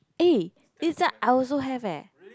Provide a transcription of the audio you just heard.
eh this one I also have eh